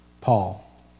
Paul